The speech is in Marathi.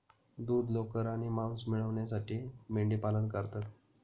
दूध, लोकर आणि मांस मिळविण्यासाठी मेंढीपालन करतात